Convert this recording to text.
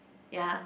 ya